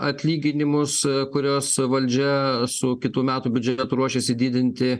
atlyginimus kuriuos valdžia su kitų metų biudžetu ruošiasi didinti